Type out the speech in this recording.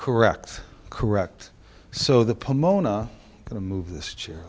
correct correct so the pomona going to move this chair